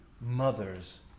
mothers